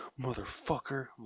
motherfucker